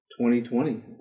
2020